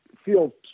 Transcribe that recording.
feel